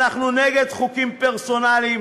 אנחנו נגד חוקים פרסונליים,